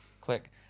Click